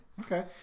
Okay